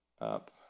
up